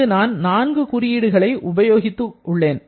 இங்கு நான் நான்கு குறியீடுகளை உபயோகித்து உள்ளேன்